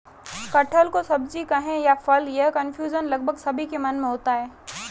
कटहल को सब्जी कहें या फल, यह कन्फ्यूजन लगभग सभी के मन में होता है